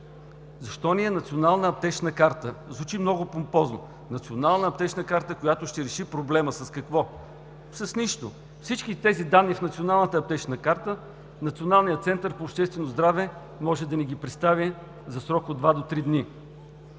защо ни е национална аптечна карта? Звучи много помпозно! Национална аптечна карта, която ще реши проблема. С какво? С нищо! Всички тези данни в националната аптечна карта Националният център по обществено здраве може да ни ги представи за срок от два до три дни.